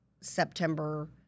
September